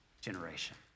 generation